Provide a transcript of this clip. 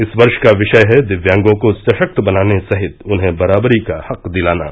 इस वर्ष का विषय है दिव्यांगों को सशक्त बनाने सहित उन्हें बराबरी का हक दिलाना